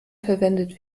verwendet